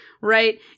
Right